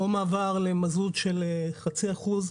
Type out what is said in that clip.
או מעבר למזוט של חצי אחוז,